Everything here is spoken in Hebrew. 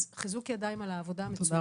אז חיזוק ידיים על העבודה המצוינת,